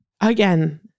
Again